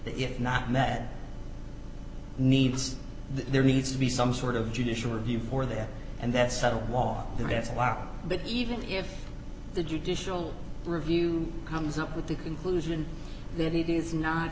if not met needs that there needs to be some sort of judicial review for that and that's settled law that's a law but even if the judicial review comes up with the conclusion that it is not